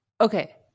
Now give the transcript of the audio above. okay